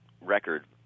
record